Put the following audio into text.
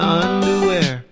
underwear